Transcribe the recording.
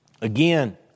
Again